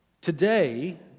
today